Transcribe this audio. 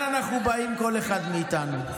אנחנו באים, כל אחד מאיתנו?